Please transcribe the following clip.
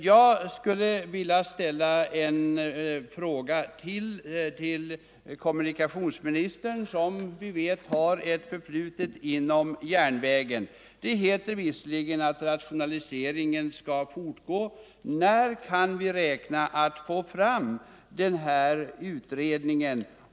Jag skulle vilja ställa ytterligare en fråga till kommunikationsministern, vilken som vi vet har ett förflutet inom järnvägen. Det heter visserligen att rationaliseringen skall fortgå, men när kan vi räkna med att få fram den här utredningen?